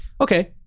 Okay